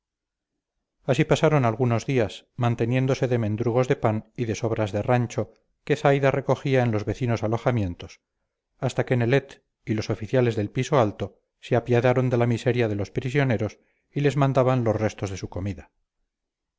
así pasaron algunos días manteniéndose de mendrugos de pan y de sobras de rancho que zaida recogía en los vecinos alojamientos hasta que nelet y los oficiales del piso alto se apiadaron de la miseria de los prisioneros y les mandaban los restos de su comida